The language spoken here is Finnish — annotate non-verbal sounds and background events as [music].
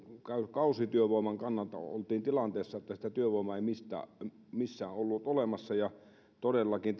kausityövoiman kannalta oltiin tilanteessa että sitä työvoimaa ei missään ollut olemassa todellakin [unintelligible]